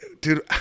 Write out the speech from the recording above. dude